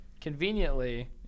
conveniently